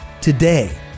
today